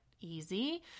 easy